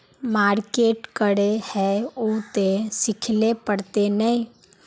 Market करे है उ ते सिखले पड़ते नय?